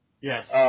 Yes